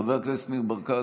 חבר הכנסת ניר ברקת,